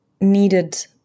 needed